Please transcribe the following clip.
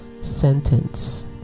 sentence